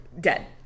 dead